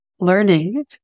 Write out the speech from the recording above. Learning